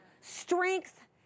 Strength